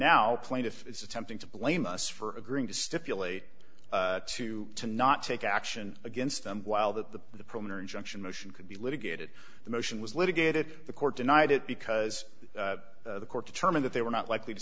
plaintiff is attempting to blame us for agreeing to stipulate to to not take action against them while the the prisoner injunction motion could be litigated the motion was litigated the court denied it because the court determined that they were not likely to